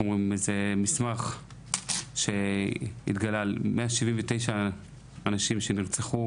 התגלה מסמך שמתעד 179 אנשים נרצחו